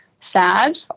Sad